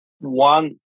one